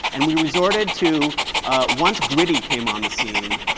and we resorted to ah once gritty came on the scene